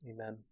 Amen